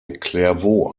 clairvaux